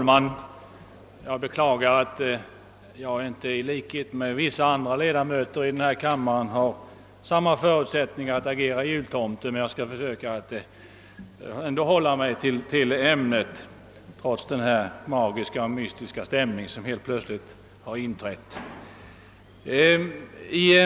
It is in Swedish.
Herr talman! Jag skall försöka att hålla mig till ämnet trots den magiska belysning och den mystiska stämning som helt plötsligt har sänkt sig över salen.